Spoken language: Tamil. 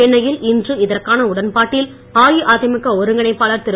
சென்னையில் இன்று இதற்கான உடன்பாட்டில் அஇஅதிமுக ஒருங்கிணைப்பாளர் திரு